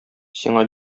сиңа